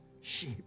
sheep